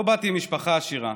לא באתי ממשפחה עשירה,